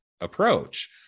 approach